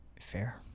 Fair